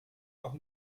auch